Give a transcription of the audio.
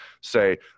say